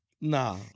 nah